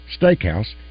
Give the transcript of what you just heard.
Steakhouse